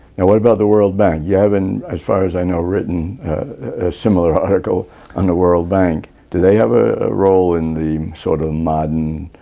now what about the world bank? you haven't, as far as i know, written a similar article on the world bank. do they have a role in the sort of modern,